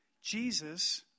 Jesus